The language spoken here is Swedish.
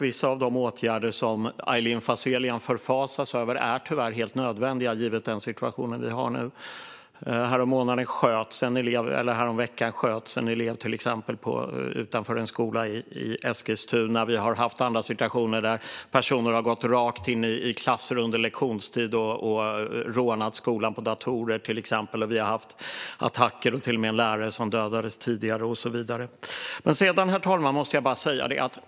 Vissa av de åtgärder som Aylin Fazelian förfasar sig över är tyvärr helt nödvändiga, givet den situation vi har nu. Häromveckan sköts en elev utanför en skola i Eskilstuna. Det har varit andra situationer där personer har gått rakt in i klassrum under lektionstid och till exempel rånat skolan på datorer. Det har varit attacker och till och med en lärare som dödats. Herr talman!